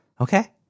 okay